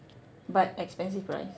but expensive price